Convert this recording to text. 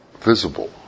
visible